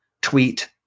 tweet